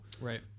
right